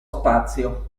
spazio